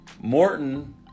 Morton